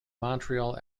montreal